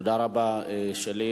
תודה רבה, שלי.